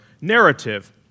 narrative